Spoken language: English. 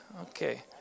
Okay